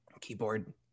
keyboard